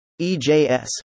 EJS